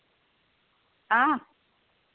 हां